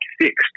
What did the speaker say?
fixed